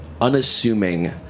unassuming